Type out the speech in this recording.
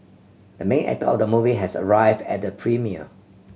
the main actor of the movie has arrived at the premiere